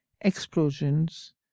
explosions